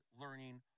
learning